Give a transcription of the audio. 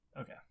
Okay